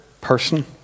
person